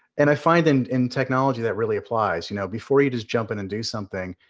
and i find and in technology, that really applies. you know before you just jump in and do something,